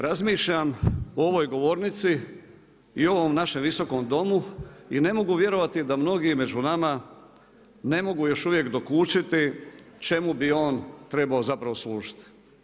Razmišljam o ovoj govornici i o ovom našem visokom domu i ne mogu vjerovati da mnogi među nama ne mogu još uvijek dokučiti čemu bi on trebao zapravo služiti.